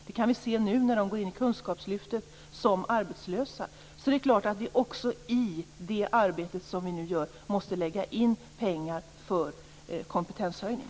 Det kan vi se nu när de går in i kunskapslyftet som arbetslösa. I det arbete vi nu gör måste vi självfallet också lägga in pengar för kompetenshöjning.